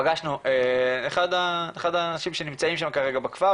ופגשנו את אחד האנשים שנמצאים שם כרגע בכפר.